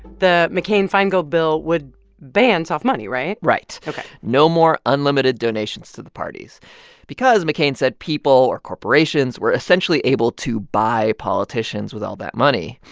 the mccain-feingold bill would ban soft money. right? right ok no more unlimited donations to the parties because, mccain said, people or corporations were essentially able to buy politicians with all that money.